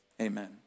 Amen